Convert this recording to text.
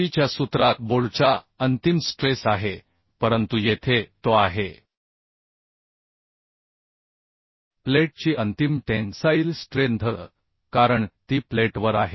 पूर्वीच्या सूत्रात बोल्टचा अंतिम स्ट्रेस आहे परंतु येथे तो आहे प्लेटची अंतिम टेन्साईल स्ट्रेंथ कारण ती प्लेटवर आहे